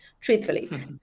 truthfully